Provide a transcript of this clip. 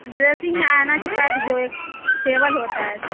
dressing میں آئینہ کے ساتھ جو ایک ٹیول ہوتا ہے